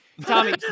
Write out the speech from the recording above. Tommy